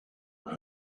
were